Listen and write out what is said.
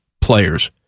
players